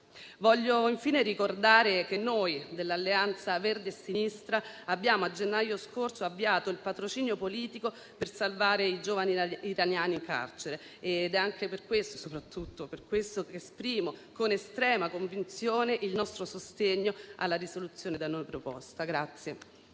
Voglio infine ricordare che noi dell'Alleanza Verdi e Sinistra, a gennaio scorso, abbiamo avviato il patrocinio politico per salvare i giovani iraniani in carcere. È anche e soprattutto per questo che esprimo con estrema convinzione il nostro sostegno alla risoluzione da noi proposta.